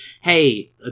hey